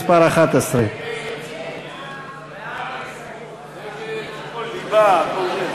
מס' 11. ההסתייגות של קבוצת סיעת